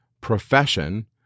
profession